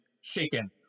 shaken